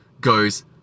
goes